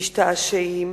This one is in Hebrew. משתעשעים.